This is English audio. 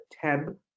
tab